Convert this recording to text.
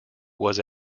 was